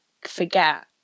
forget